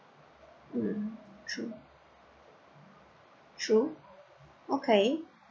mm true true okay